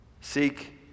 seek